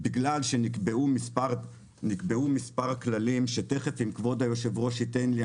בגלל שנקבעו מספר כללים - שאם כבוד היושב ראש יאפשר לי,